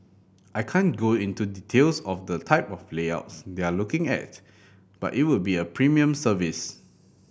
I can't go into details of the type of layouts they are looking at but it would be a premium service